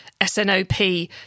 SNOP